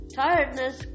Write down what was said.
tiredness